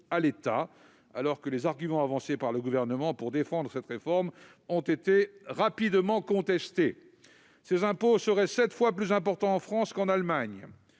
à l'État alors que les arguments avancés par le Gouvernement pour défendre une telle réforme ont rapidement été contestés. De tels impôts seraient sept fois plus importants en France qu'en Allemagne